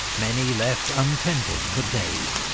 many left untended for days.